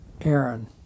Aaron